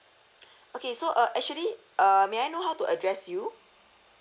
okay so uh actually err may I know how to address you